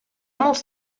molt